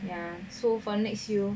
ya so for next few